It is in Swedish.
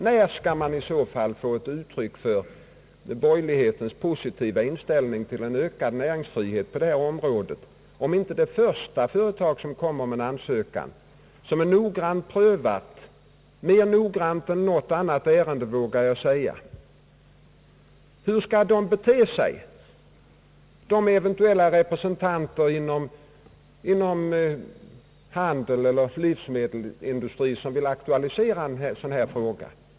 När skall man få ett uttryck för borgerlighetens positiva inställning till ökad näringsfrihet på detta område om man vill avvisa det första företag som lämnar in en ansökan, och en ansökan vilken är mer noggrant prövad — det vågar jag säga — än nästan något annat ärende? Hur skall de eventuella representanter för handel eller livsmedelsindustri som vill aktualisera en sådan här stödfråga bete sig?